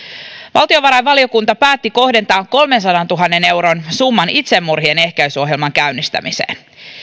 valtiovarainvaliokunta päätti kohdentaa kolmensadantuhannen euron summan itsemurhien ehkäisyohjelman käynnistämiseen